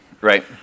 Right